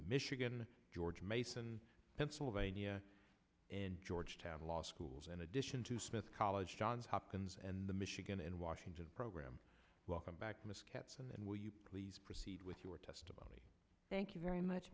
michigan george mason pennsylvania and georgetown law schools in addition to smith college johns hopkins and the michigan and washington program welcome back mr caps and will you please proceed with your testimony thank you very much